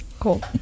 cool